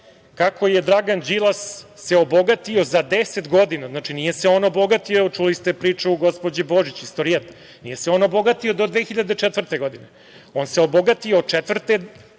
kako se Dragan Đilas obogatio za deset godina, znači, nije se on obogatio, čuli ste priču gospođe Božić, istorijat, nije se obogatio do 2004. godine, on se obogatio od 2004.